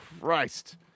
Christ